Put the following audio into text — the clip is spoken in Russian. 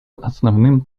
основным